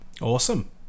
awesome